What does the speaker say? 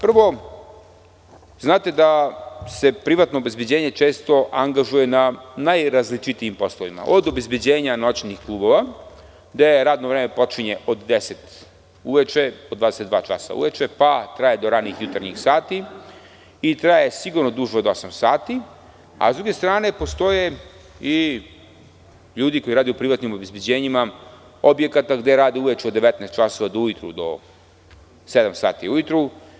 Prvo, znate da se privatno obezbeđenje često angažuje na najrazličitijim poslovima, od obezbeđenja noćnih klubova gde radno vreme počinje od 22,00 časa uveče pa traje do ranih jutarnjih sati i traje sigurno duže od osam sati, a s druge strane, postoje i ljudi koji rade u privatnim obezbeđenjima objekata gde rade uveče od 19,00 časova do sedam sati ujutru.